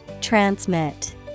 Transmit